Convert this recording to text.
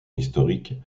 historique